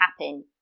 happen